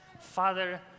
Father